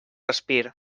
respir